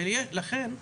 לכן,